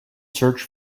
search